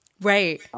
Right